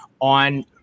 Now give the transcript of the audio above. on